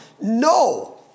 No